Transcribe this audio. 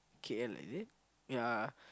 K_L is it yeah